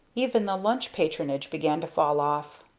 even the lunch patronage began to fall off.